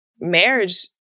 marriage